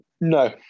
no